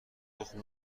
تخم